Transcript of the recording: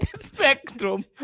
spectrum